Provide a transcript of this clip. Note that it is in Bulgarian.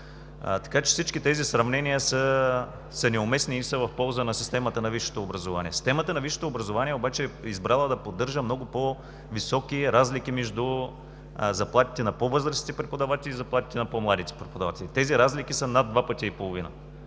Така че всички тези сравнения са неуместни и са в полза на системата на висшето образование. Системата на висшето образование обаче е избрала да поддържа много по-високи разлики между заплатите на по-възрастните преподаватели и заплатите на по-младите преподаватели. Тези разлики са над 2 пъти и половина.